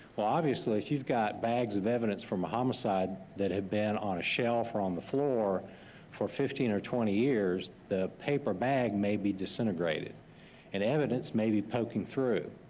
well obviously if you've got bags of evidence from a homicide that had been on a shelf or on the floor for fifteen or twenty years, the paper bag may be disintegrated and evidence may be poking through.